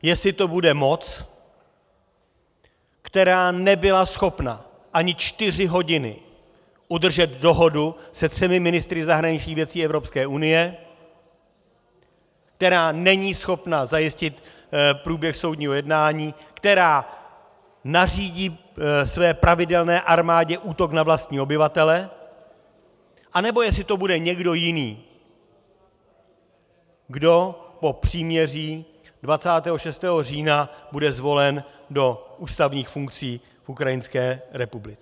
Jestli to bude moc, která nebyla schopna ani čtyři hodiny udržet dohodu se třemi ministry zahraničních věcí Evropské unie, která není schopna zajistit průběh soudního jednání, která nařídí své pravidelné armádě útok na vlastní obyvatele, anebo jestli to bude někdo jiný, kdo po příměří 26. října bude zvolen do ústavních funkcí v Ukrajinské republice.